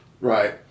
Right